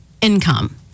income